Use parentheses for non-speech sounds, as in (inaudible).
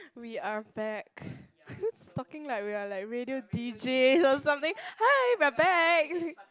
we are back (laughs) talking like we are like radio DJs or something hi we are back